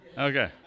Okay